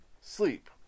Sleep